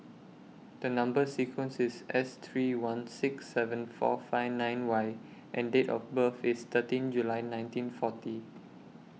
The Number sequence IS S three one six seven four five nine Y and Date of birth IS thirteen July nineteen forty